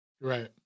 Right